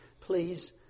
please